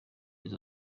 izo